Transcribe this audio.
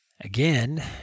Again